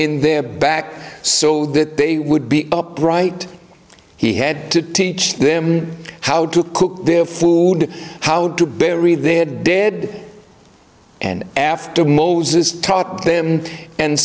in their back so that they would be upright he had to teach them how to cook their food how to bury their dead and after moses taught them and